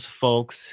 folks